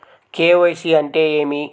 KYC అంటే ఏమి?